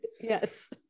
Yes